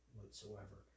whatsoever